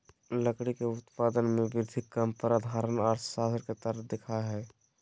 लकड़ी के उत्पादन में वृद्धि काम पर साधारण अर्थशास्त्र के तरह दिखा हइ